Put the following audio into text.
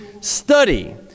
Study